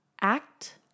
Act